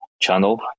channel